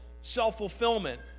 self-fulfillment